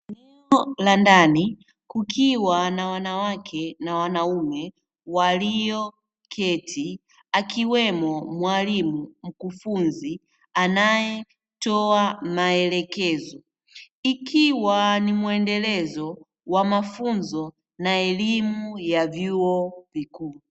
Eneo la ndani kukiwa na wanawake na wanaume walioketi akiwemo mwalimu (mkufunzi) anayetoa maelekezo, ikiwa ni mwendelezo wa mafunzo na elimu ya vyuo vikuu.